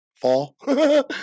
fall